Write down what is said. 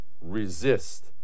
resist